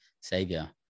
savior